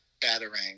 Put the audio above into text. batarang